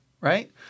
Right